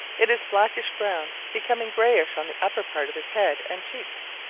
it is blackish-brown, becoming grayish on the upper part of his head and cheeks.